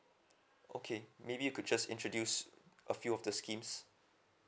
okay maybe you could just introduce a few of the schemes